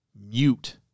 mute